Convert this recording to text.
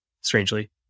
strangely